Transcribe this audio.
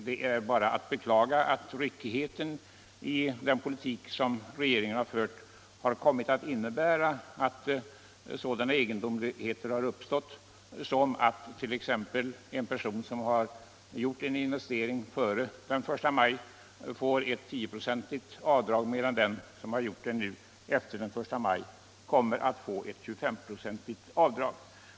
Det är bara att beklaga att ryckigheten i den politik som regeringen har fört har kommit att innebära sådana egendomligheter som att en person som har gjort en investering före den 1 maj får ett 10-procentigt avdrag, medan den som har gjort investeringen efter den I maj kommer att få ett 25-procentigt avdrag.